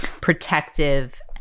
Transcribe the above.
protective